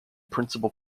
principal